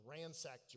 ransacked